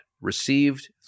received